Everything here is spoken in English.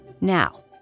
Now